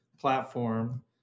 platform